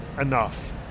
enough